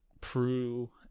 prue